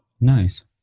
Nice